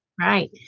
Right